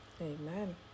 Amen